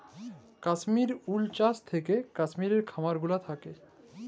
কাশ্মির উল চাস থাকেক কাশ্মির খামার গুলা থাক্যে